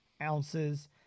ounces